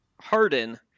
Harden